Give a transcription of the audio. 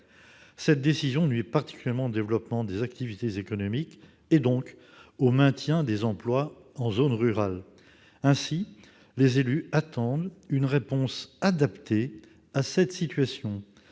telle décision nuit particulièrement au développement des activités économiques et, donc, au maintien des emplois en zones rurales. Aussi les élus attendent-ils une réponse adaptée à cette situation.